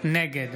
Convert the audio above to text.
נגד